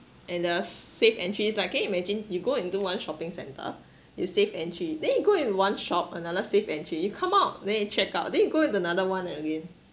and the safe entries like can you imagine you go into one shopping centre you safe entry then you go in one shop another safe entry you come out then you check out then you go into another one again